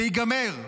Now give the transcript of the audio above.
זה ייגמר.